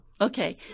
Okay